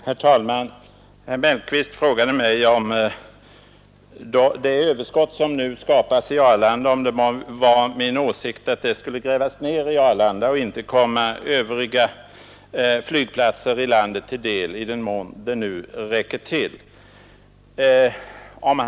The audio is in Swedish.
Herr talman! Herr Mellqvist frågade mig om det var min åsikt att det överskott som nu skapas i Arlanda skulle grävas ner där och inte komma övriga flygplatser i landet till del, i den mån det nu räcker till.